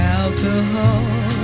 alcohol